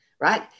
right